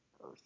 Earth